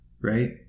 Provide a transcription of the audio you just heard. Right